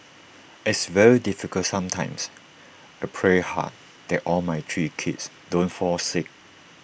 it's very difficult sometimes I pray hard that all my three kids don't fall sick